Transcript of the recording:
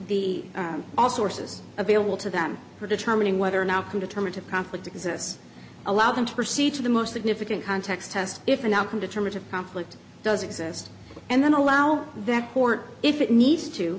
be all sources available to them for determining whether now can determine to conflict exists allow them to proceed to the most significant context test if an outcome determinative conflict does exist and then allow that court if it needs to